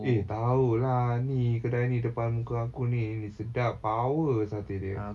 eh tahu lah ni kedai ni depan muka aku ni sedap power satay dia